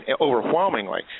overwhelmingly